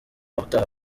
utaha